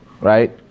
right